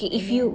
and then